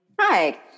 Hi